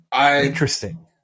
Interesting